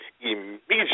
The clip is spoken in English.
immediately